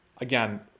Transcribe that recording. again